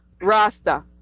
Rasta